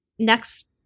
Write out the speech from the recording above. next